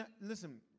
listen